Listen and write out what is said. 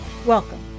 Welcome